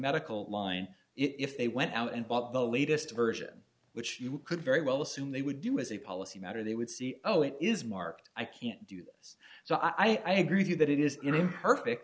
medical line if they went out and bought the latest version which you could very well assume they would do as a policy matter they would see oh it is marked i can't do this so i agree with you that it is imperfect